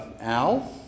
Al